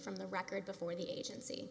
from the record before the agency